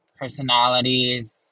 personalities